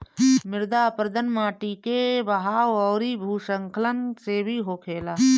मृदा अपरदन माटी के बहाव अउरी भू स्खलन से भी होखेला